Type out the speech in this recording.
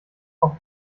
auch